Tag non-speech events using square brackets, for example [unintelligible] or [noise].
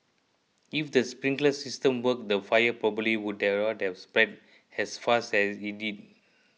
if the sprinkler system worked the fire probably would [unintelligible] have spread as fast as it did